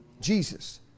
Jesus